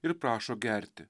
ir prašo gerti